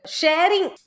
sharing